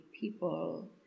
people